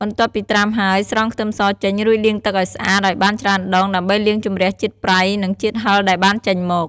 បន្ទាប់ពីត្រាំហើយ ស្រង់ខ្ទឹមសចេញ រួចលាងទឹកស្អាតឲ្យបានច្រើនដង ដើម្បីលាងជម្រះជាតិប្រៃ និងជាតិហឹរដែលបានចេញមក។